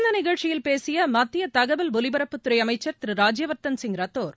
இந்த நிகழ்ச்சியில் பேசிய மத்திய தகவல் ஒலிபரப்புத்துறை அமைச்சர் திரு ராஜ்யவர்தன் சிங் ரத்தோர்